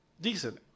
Decent